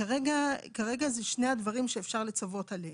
כרגע זה שני הדברים שאפשר לצוות עליהם,